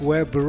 Web